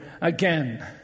again